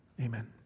Amen